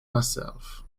myself